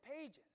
pages